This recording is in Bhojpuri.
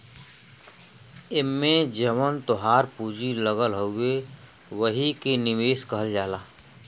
एम्मे जवन तोहार पूँजी लगल हउवे वही के निवेश कहल जाला